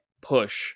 push